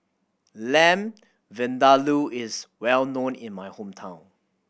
Lamb Vindaloo is well known in my hometown